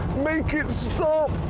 make it stop!